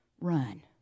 Run